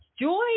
Joy